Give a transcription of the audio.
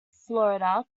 florida